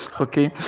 Okay